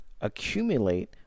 accumulate